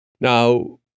Now